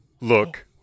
Look